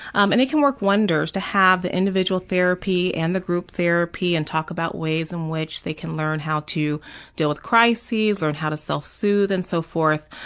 um and it can work wonders to have the individual therapy and the group therapy and talk about ways in which they can learn how to deal with crisis, learn how to self-soothe and so forth.